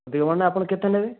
ଅଧିକ ମାନେ ଆପଣ କେତେ ନେବେ